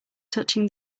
touching